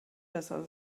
besser